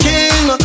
King